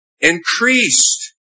increased